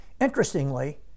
Interestingly